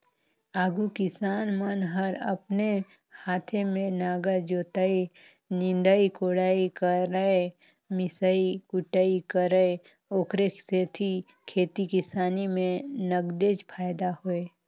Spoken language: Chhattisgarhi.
आघु किसान मन हर अपने हाते में नांगर जोतय, निंदई कोड़ई करयए मिसई कुटई करय ओखरे सेती खेती किसानी में नगदेच फायदा होय